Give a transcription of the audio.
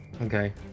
Okay